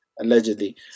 allegedly